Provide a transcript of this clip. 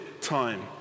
time